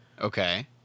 Okay